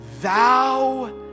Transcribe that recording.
Thou